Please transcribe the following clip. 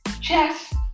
Chess